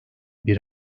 bir